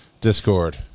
Discord